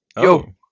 yo